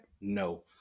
No